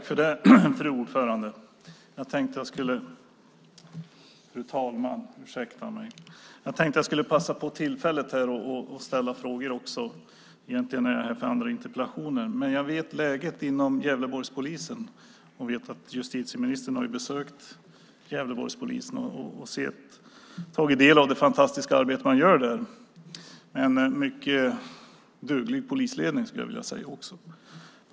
Fru talman! Jag tänkte att jag skulle passa på att ställa frågor även om jag egentligen är här för andra interpellationer. Jag känner till läget för Gävleborgspolisen. Jag vet också att justitieministern har besökt Gävleborgspolisen och tagit del av det fantastiska arbete man gör där. Man har en mycket duglig polisledning, skulle jag vilja säga.